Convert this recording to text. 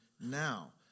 now